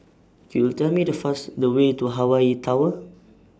Could YOU Tell Me The First The Way to Hawaii Tower